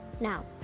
Now